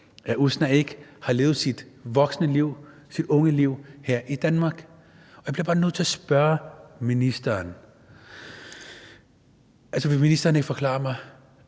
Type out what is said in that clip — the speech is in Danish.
at Usna ikke har levet sit voksne liv, sit unge liv her i Danmark. Og jeg bliver bare nødt til at spørge ministeren: Vil ministeren ikke forklare mig,